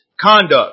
conduct